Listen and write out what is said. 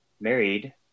married